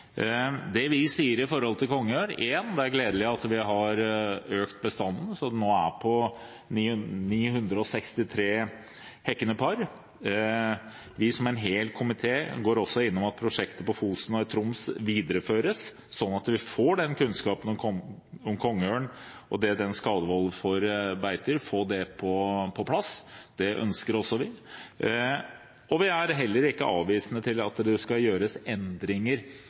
Det vi sier om kongeørn, er for det første at det er gledelig at vi har økt bestanden, slik at den nå er på 963 hekkende par. Hele komiteen ber også om at prosjektet på Fosen og i Troms videreføres, slik at vi får kunnskap om kongeørn som skadevolder på beitedyr på plass. Det ønsker også vi. Vi er heller ikke avvisende til at det skal gjøres endringer